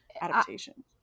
adaptation